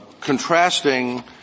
contrasting